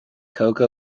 coca